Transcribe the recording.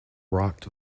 rocked